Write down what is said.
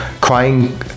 Crying